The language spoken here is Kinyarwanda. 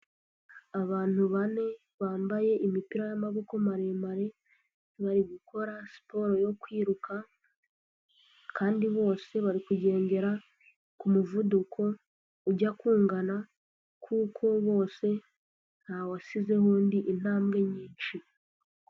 Abantu bane bambaye imipira y'amaboko maremare, bari gukora siporo yo kwiruka kandi bose bari kugendera ku muvuduko ujya kungana, kuko bose nta wasizeho undi intambwe nyinshi.